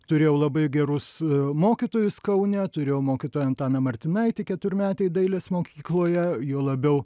turėjau labai gerus mokytojus kaune turėjau mokytoją antaną martinaitį keturmetėj dailės mokykloje juo labiau